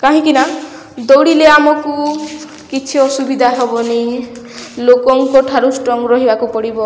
କାହିଁକି ନା ଦୌଡ଼ିଲେ ଆମକୁ କିଛି ଅସୁବିଧା ହବନି ଲୋକଙ୍କ ଠାରୁ ଷ୍ଟ୍ରଙ୍ଗ ରହିବାକୁ ପଡ଼ିବ